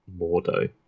Mordo